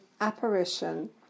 Apparition